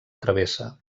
travessa